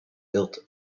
built